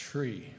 Tree